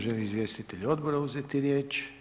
Želi li izvjestitelj Odbora uzeti riječ?